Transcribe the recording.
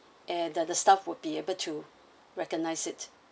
and the the staff would be able to recognize it